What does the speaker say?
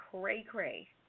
cray-cray